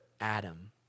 Adam